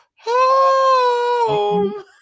home